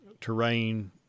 terrain